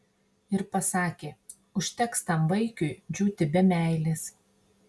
ir pasakė užteks tam vaikiui džiūti be meilės